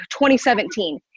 2017